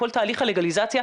כל תהליך הלגליזציה,